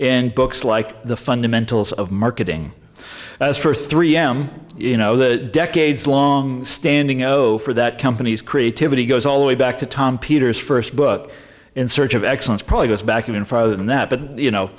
in books like the fundamentals of marketing as for three am you know the decades long standing o for that company's creativity goes all the way back to tom peters first book in search of excellence probably goes back even farther than that but you know